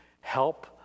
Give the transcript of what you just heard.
Help